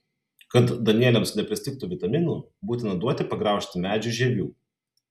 kad danieliams nepristigtų vitaminų būtina duoti pagraužti medžių žievių